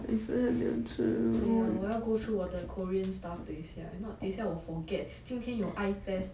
!aiya! 我要 go through 我的 korean stuff 等一下 if not 等一下我 forget 今天有 eye test